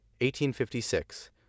1856